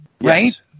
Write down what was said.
Right